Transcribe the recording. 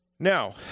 Now